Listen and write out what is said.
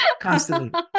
constantly